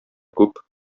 күп